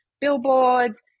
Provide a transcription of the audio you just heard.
billboards